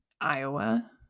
Iowa